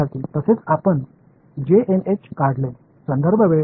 இந்த மின்னோட்டங்களைப் பற்றி நான் கவலைப்பட வேண்டியதில்லை